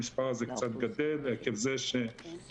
המסר הזה קצת גדל עקב זה שמצטרפים